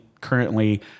currently